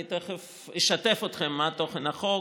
אני תכף אשתף אתכם בתוכן החוק